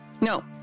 No